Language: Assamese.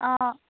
অঁ